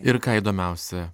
ir ką įdomiausia